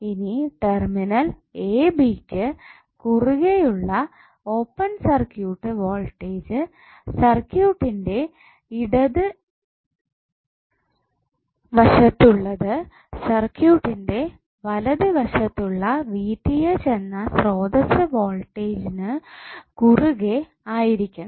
ഇനി terminal A B ക്ക്കുറുകെ ഉള്ള ഓപ്പൺ സർക്യൂട്ട് വോൾടേജ് സർക്യൂട്ടിന്റെ ഇടതുവശത്തു ഉള്ളത് സർക്യൂട്ടിന്റെ വലതു ഇടതുവശത്തു ഉള്ള എന്ന സ്രോതസ്സ് വോൾടേജ്ന് കുറുകെ ആയിരിക്കണം